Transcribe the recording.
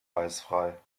eisfrei